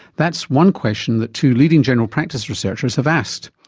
that's one question that two leading general practice researchers have asked.